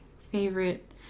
favorite